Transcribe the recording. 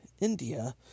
India